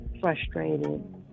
frustrated